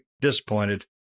disappointed